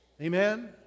Amen